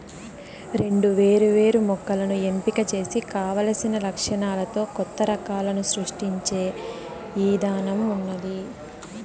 రెండు వేరు వేరు మొక్కలను ఎంపిక చేసి కావలసిన లక్షణాలతో కొత్త రకాలను సృష్టించే ఇధానం ఉన్నాది